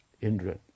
Indra